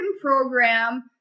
program